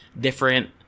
different